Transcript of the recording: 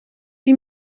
wie